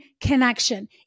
connection